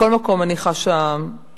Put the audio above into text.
מכל מקום, אני חשה נבוכה.